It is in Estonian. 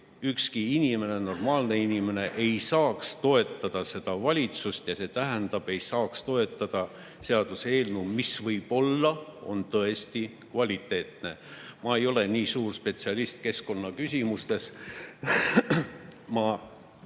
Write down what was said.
ükski inimene, normaalne inimene, ei saaks toetada seda valitsust ehk ei saaks toetada seaduseelnõu, mis võib-olla on tõesti kvaliteetne. Ma ei ole nii suur spetsialist keskkonnaküsimustes. Ma